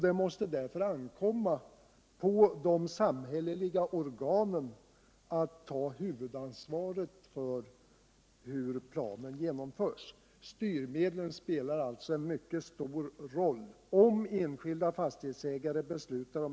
Det måste därför ankomma på de att det är de lämpligaste åtgärderna ur energisparsynvinkel som vidtas.